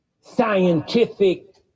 scientific